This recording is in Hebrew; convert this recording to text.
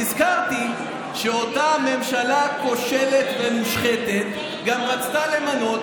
נזכרתי שאותה ממשלה כושלת ומושחתת גם רצתה למנות